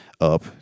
up